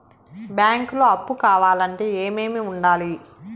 బ్యాంకులో అప్పు కావాలంటే ఏమేమి ఉండాలి?